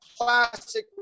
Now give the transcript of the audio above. classic